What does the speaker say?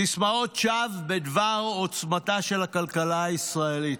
סיסמאות שווא בדבר עוצמתה של הכלכלה הישראלית.